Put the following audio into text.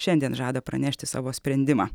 šiandien žada pranešti savo sprendimą